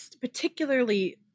particularly